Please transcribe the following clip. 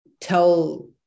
tell